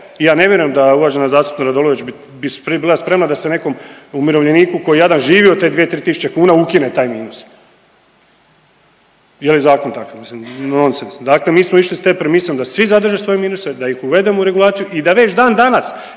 ja ne vjerujem da je uvažena zastupnica Radolović prije bila spremna da se nekom umirovljeniku koji jadan živi od te dvije, tri tisuće kuna ukine taj minus jel je zakon takav. Mislim nonsens. Dakle, mi smo išli s tom premisom da svi zadrže svoje minuse, da ih uvedemo u regulaciju i da već dan danas